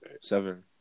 Seven